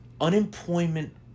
unemployment